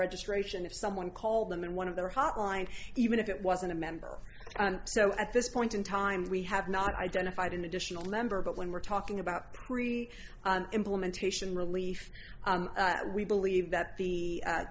registration if someone call them in one of their hotline even if it wasn't a member so at this point in time we have not identified an additional lemberg but when we're talking about three implementation relief we believe that the